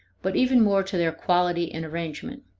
but even more to their quality and arrangement.